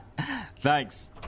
Thanks